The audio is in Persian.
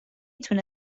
تونه